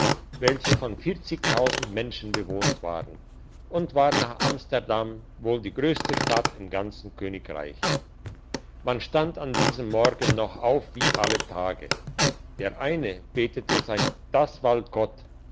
welche von menschen bewohnt waren und war nach amsterdam wohl die grösste stadt im ganzen königreich man stand an diesem morgen noch auf wie alle tage der eine betete sein das